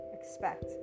expect